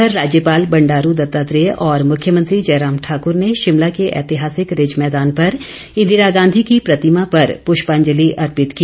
इंधर राज्यपाल बंडारू दत्तात्रेय और मुख्यमंत्री जयराम ठाकूर ने शिमला के ऐतिहासिक रिज मैदान पर इंदिरा गांधी की प्रतिमा पर पुष्यांजलि अर्पित की